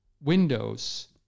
windows